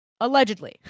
Allegedly